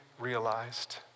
Realized